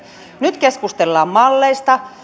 nyt keskustellaan malleista